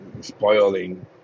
spoiling